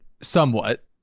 somewhat